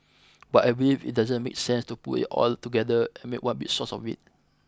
but I believe it doesn't make sense to put it all together and make one big sauce of it